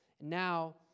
Now